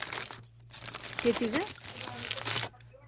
केह् चीज